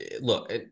look